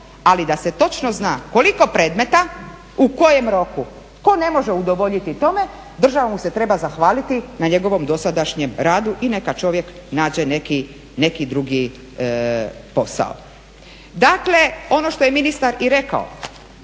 ali da se točno zna koliko predmeta u kojem roku. Tko ne može udovoljiti tome država mu se treba zahvaliti na njegovom dosadašnjem radu i neka čovjek nađe neki drugi posao. Dakle, ono što je ministar i rekao